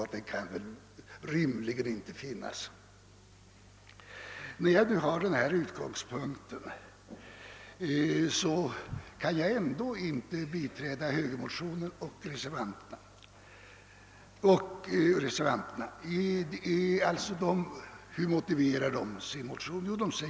Trots att jag har denna utgångspunkt kan jag inte biträda högermotionerna och reservationen. Hur motiverar reservanterna sitt ställningstagande?